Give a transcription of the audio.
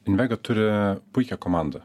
invega turi puikią komandą